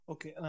Okay